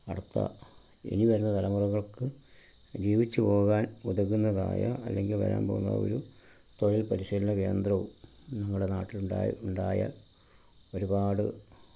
അടുത്ത ഇനി വരുന്ന തലമുറകൾക്ക് ജീവിച്ച് പോകാൻ ഉതകുന്നതായ അല്ലെങ്കിൽ വരാൻ പോകുന്ന ഒരു തൊഴിൽ പരിശീലന കേന്ദ്രവും നമ്മുടെ നാട്ടിലുണ്ടാകും ഉണ്ടായാൽ ഒരുപാട്